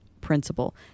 principle